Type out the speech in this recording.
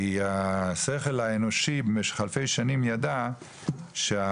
כי השכל האנושי במשך אלפי שנים ידע שקדוש